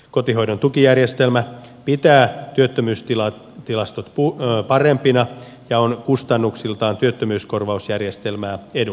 kotihoidon tukijärjestelmä pitää työttömyystilastot parempina ja on kustannuksiltaan työttömyyskorvausjärjestelmää edullisempi